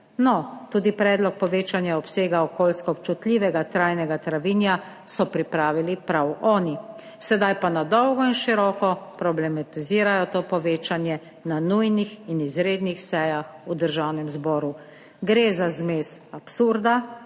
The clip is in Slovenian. No, tudi predlog povečanja obsega okoljsko občutljivega trajnega travinja so pripravili prav oni, sedaj pa na dolgo in široko problematizirajo to povečanje na nujnih in izrednih sejah v Državnem zboru. Gre za zmes absurda,